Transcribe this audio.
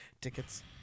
Tickets